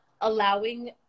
allowing